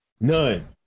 None